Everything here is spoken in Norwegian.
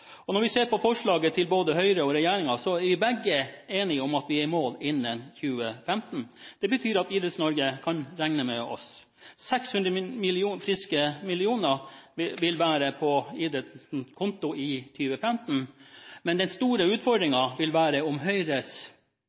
er enige om at vi er i mål innen 2015. Det betyr at Idretts-Norge kan regne med oss. 600 friske millioner vil være på idrettens konto i 2015. Men den store utfordringen vil være om Høyres